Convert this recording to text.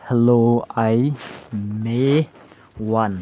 hello ꯑꯩ ꯃꯦ one